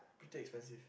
pretty expensive